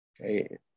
okay